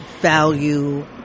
value